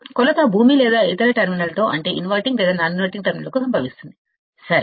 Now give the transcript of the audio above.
కొలత గ్రౌండ్ లేదా ఇతర టెర్మినల్తో అంటే ఇన్వర్టింగ్ లేదా నాన్ ఇన్వర్టింగ్ టెర్మినల్ తో సంభవిస్తుందిసరే